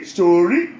Story